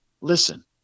listen